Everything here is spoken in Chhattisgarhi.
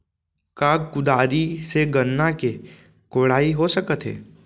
का कुदारी से गन्ना के कोड़ाई हो सकत हे?